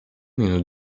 minut